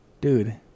dude